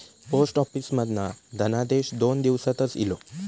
post office मधना धनादेश दोन दिवसातच इलो